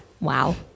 Wow